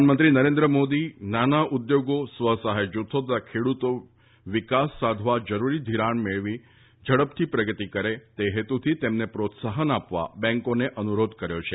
પ્રધાનમંત્રી નરેન્દ્ર મોદી એ નાના ઉદ્યોગો સ્વ સહાય જૂથો તથા ખેડૂતો વિકાસ સાધવા જરૂરી ધિરાણ મેળવી ઝડપથી પ્રગતી કરે તે હેતુથી તેમને પ્રોત્સાહન આપવા બેન્કોને અનુરોધ કર્યો છે